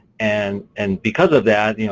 and and because of that, you know